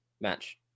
match